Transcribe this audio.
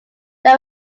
they